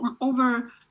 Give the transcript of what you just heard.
over